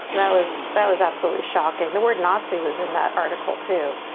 that was that was absolutely shocking. the word nazi was in that article too,